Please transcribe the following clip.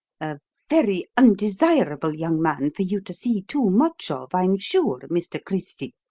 a very undesirable young man for you to see too much of, i'm sure, mr. christy,